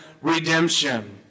redemption